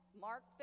Mark